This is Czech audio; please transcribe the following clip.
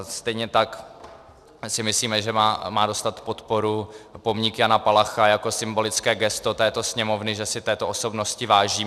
Stejně tak si myslíme, že má dostat podporu pomník Jana Palacha jako symbolické gesto této Sněmovny, že si této osobnosti vážíme.